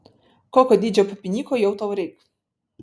kokio dydžio papinyko jau tau reik